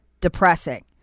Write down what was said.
depressing